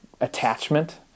attachment